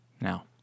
Now